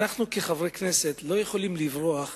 אנו כחברי הכנסת לא יכולים לברוח